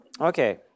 Okay